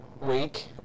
week